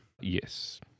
Yes